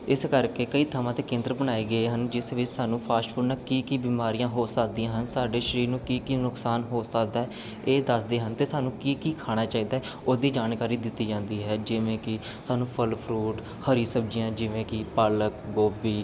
ਇਸ ਕਰਕੇ ਕਈ ਥਾਵਾਂ 'ਤੇ ਕੇਂਦਰ ਬਣਾਏ ਗਏ ਹਨ ਜਿਸ ਵਿੱਚ ਸਾਨੂੰ ਫਾਸਟ ਫੂਡ ਨਾਲ ਕੀ ਕੀ ਬਿਮਾਰੀਆਂ ਹੋ ਸਕਦੀਆਂ ਹਨ ਸਾਡੇ ਸਰੀਰ ਨੂੰ ਕੀ ਕੀ ਨੁਕਸਾਨ ਹੋ ਸਕਦਾ ਇਹ ਦੱਸਦੇ ਹਨ ਅਤੇ ਸਾਨੂੰ ਕੀ ਕੀ ਖਾਣਾ ਚਾਹੀਦਾ ਉਸ ਦੀ ਜਾਣਕਾਰੀ ਦਿੱਤੀ ਜਾਂਦੀ ਹੈ ਜਿਵੇਂ ਕਿ ਸਾਨੂੰ ਫ਼ਲ ਫਰੂਟ ਹਰੀ ਸਬਜ਼ੀਆਂ ਜਿਵੇਂ ਕਿ ਪਾਲਕ ਗੋਭੀ